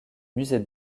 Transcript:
musée